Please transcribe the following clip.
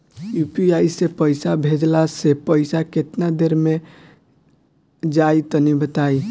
UPI से पईसा भेजलाऽ से पईसा केतना देर मे जाई तनि बताई?